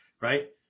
right